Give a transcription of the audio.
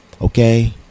Okay